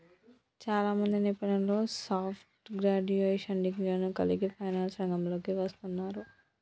చాలామంది నిపుణులు soft graduation డిగ్రీలను కలిగి ఫైనాన్స్ రంగంలోకి వస్తున్నారు